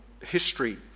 history